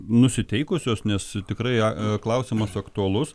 nusiteikusios nes tikrai klausimas aktualus